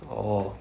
orh